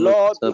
Lord